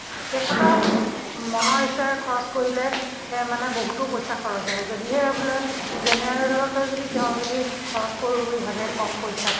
তেখেতৰ মনৰ ইচ্ছাৰে খৰচ কৰিলে বহুতো পইচা খৰচ হয় যদিহে বোলে জেনেৰেলতে যদি তেওঁ যদি খৰচ কৰোঁ বুলি ভাবে কম পইচাত